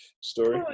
story